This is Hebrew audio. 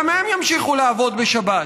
גם הם ימשיכו לעבוד בשבת.